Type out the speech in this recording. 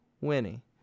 Winnie